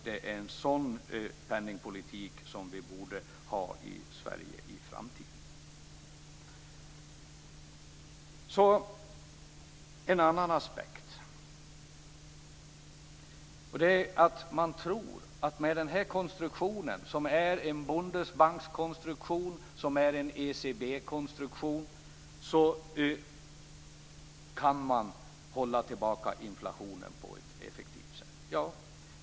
Det är en sådan penningpolitik som vi borde ha i Så till en annan aspekt. Man tror att man med denna konstruktion, som är en bundesbankskonstruktion och en ECB-konstruktion, kan hålla tillbaka inflationen på ett effektivt sätt.